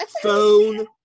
phone